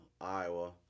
Iowa